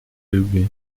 любви